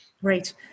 Great